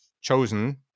chosen